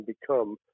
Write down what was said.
become